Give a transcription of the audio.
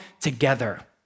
together